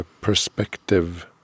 perspective